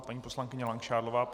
Paní poslankyně Langšádlová.